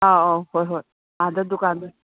ꯑꯧ ꯑꯧ ꯍꯣꯏ ꯍꯣꯏ ꯑꯥꯗ ꯗꯨꯀꯥꯟꯗ